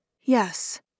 Yes